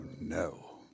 no